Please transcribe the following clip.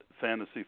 fantasy